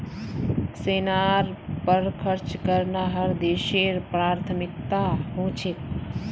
सेनार पर खर्च करना हर देशेर प्राथमिकता ह छेक